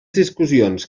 discussions